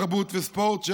התרבות והספורט,